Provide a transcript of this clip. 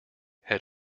had